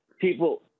people